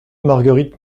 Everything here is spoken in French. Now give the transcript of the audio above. marguerite